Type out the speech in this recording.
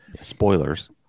Spoilers